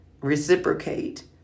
reciprocate